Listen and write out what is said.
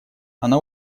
она